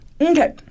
Okay